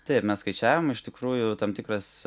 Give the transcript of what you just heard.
taip mes skaičiavom iš tikrųjų tam tikras